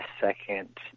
second